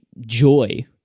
joy